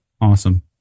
awesome